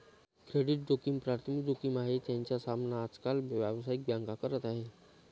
credit जोखिम प्राथमिक जोखिम आहे, ज्याचा सामना आज काल व्यावसायिक बँका करत आहेत